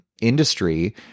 industry